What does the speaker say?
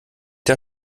der